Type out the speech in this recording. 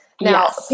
Now